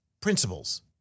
principles